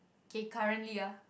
K currently ah